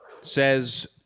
says